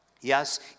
yes